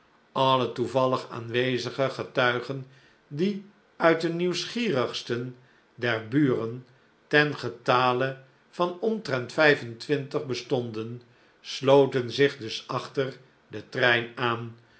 alle toevallig aanwezige getuigen die uit de nieuwsgierigsten der buren ten getale van omtrent vijf en twintig bestonden sloten zich dus achter den trein aan